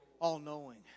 all-knowing